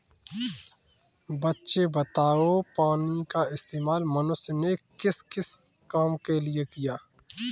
बच्चे बताओ पानी का इस्तेमाल मनुष्य ने किस किस काम के लिए किया?